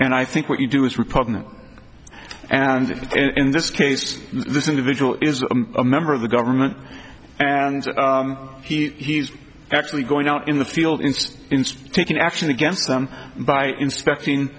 and i think what you do is repugnant and in this case this individual is a member of the government and he's actually going out in the field in taking action against them by inspecting